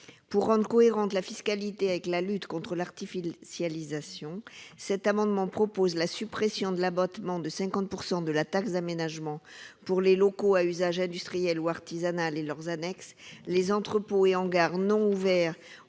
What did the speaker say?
Pour rendre cohérente la fiscalité avec la lutte contre l'artificialisation, cet amendement prévoit la suppression de l'abattement de 50 % de la taxe d'aménagement pour les locaux à usage industriel ou artisanal et leurs annexes, les entrepôts et hangars non ouverts